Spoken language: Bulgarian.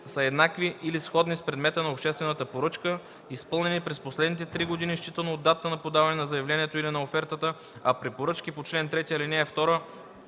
са еднакви или сходни с предмета на обществената поръчка, изпълнени през последните три години, считано от датата на подаване на заявлението или на офертата, а при поръчки по чл. 3, ал. 2